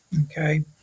Okay